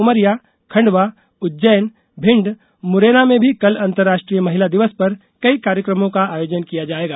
उमरिया खंडवा उज्जैन भिण्ड मुरैना में भी कल अंतर्राष्ट्रीय महिला दिवस पर कई कार्यक्रमों का आयोजन किया जाएगा